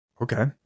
Okay